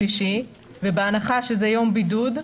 ובהנחה שזה יום בידוד,